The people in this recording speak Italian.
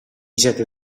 siete